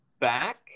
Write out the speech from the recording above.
back